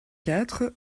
quatre